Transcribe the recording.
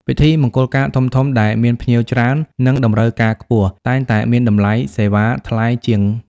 ពិធីមង្គលការធំៗដែលមានភ្ញៀវច្រើន និងតម្រូវការខ្ពស់ តែងតែមានតម្លៃសេវាថ្លៃជាង។